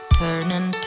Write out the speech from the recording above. turning